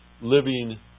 living